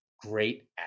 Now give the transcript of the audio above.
great